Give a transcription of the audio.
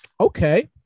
Okay